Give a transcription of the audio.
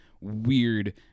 weird